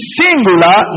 singular